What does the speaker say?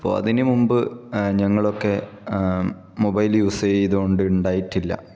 അപ്പോൾ അതിന് മുമ്പ് ഞങ്ങളൊക്കെ മൊബൈല് യൂസ് ചെയ്തുകൊണ്ട് ഉണ്ടായിട്ടില്ല